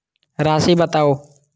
राशि बताउ